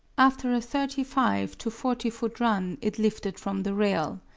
after a thirty five to forty foot run it lifted from the rail.